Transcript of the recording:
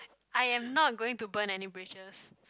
I am not going to burn any bridges